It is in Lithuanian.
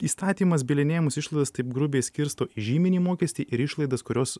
įstatymas bylinėjimosi išlaidas taip grubiai skirsto žyminį mokestį ir išlaidas kurios